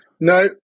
No